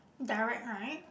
direct right